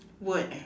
word eh